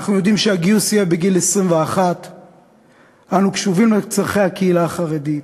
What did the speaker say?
אנחנו יודעים שהגיוס יהיה בגיל 21. אנו קשובים לצורכי הקהילה החרדית.